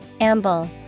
Amble